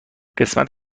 قسمت